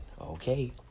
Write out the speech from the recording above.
Okay